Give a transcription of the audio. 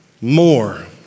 more